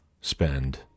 spend